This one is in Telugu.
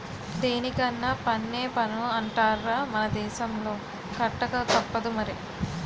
దేనికైన పన్నే పన్ను అంటార్రా మన దేశంలో కట్టకతప్పదు మరి